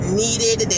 needed